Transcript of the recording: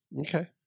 Okay